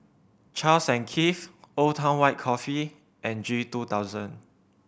Charles and Keith Old Town White Coffee and G two thousand